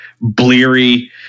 bleary